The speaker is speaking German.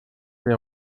wer